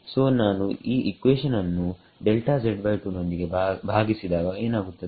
ಸೋನಾನು ಈ ಇಕ್ವೇಷನ್ ಅನ್ನು ನೊಂದಿಗೆ ಭಾಗಿಸಿದಾಗ ಏನಾಗುತ್ತದೆ